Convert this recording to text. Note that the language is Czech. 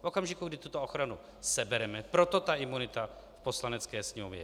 V okamžiku, kdy tuto ochranu sebereme proto ta imunita v Poslanecké sněmovně.